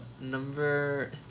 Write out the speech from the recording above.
number